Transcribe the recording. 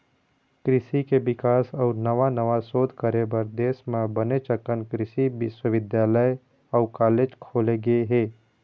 कृषि के बिकास अउ नवा नवा सोध करे बर देश म बनेच अकन कृषि बिस्वबिद्यालय अउ कॉलेज खोले गे हे